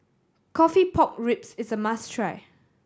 coffee pork ribs is a must try